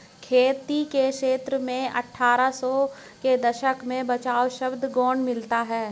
खेती के क्षेत्र में अट्ठारह सौ के दशक में बचाव शब्द गौण मिलता है